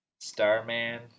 Starman